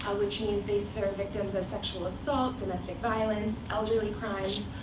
which means they serve victims of sexual assault, domestic violence, elderly crimes,